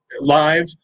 live